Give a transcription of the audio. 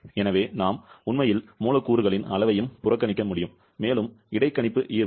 எனவே நாம் உண்மையில் மூலக்கூறுகளின் அளவையும் புறக்கணிக்க முடியும் மேலும் இடைக்கணிப்பு ஈர்ப்பும்